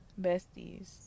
besties